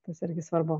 tas irgi svarbu